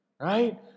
Right